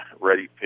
ready